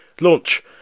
launch